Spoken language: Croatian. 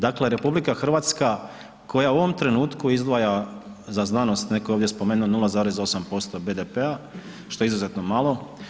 Dakle, RH koja u ovom trenutku izdvaja za znanost netko je ovdje spomenuo 9,8% BDP-a što je izuzetno malo.